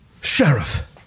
Sheriff